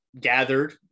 gathered